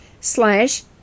slash